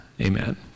Amen